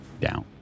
down